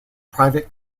private